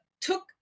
took